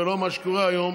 ולא מה שקורה היום